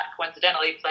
coincidentally